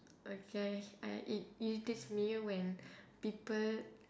okay I I it irritates me when people